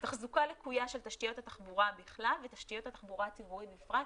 תחזוקה לקויה של תשתיות התחבורה בכלל ותשתיות התחבורה הציבורית בפרט,